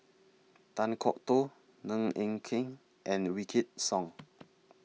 Kan Kwok Toh Ng Eng Hen and Wykidd Song